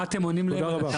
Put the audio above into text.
מה